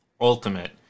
ultimate